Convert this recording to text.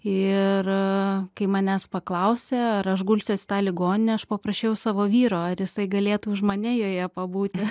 ir kai manęs paklausė ar aš gulsiuos į tą ligoninę aš paprašiau savo vyro ar jisai galėtų už mane joje pabūti